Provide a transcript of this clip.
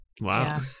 Wow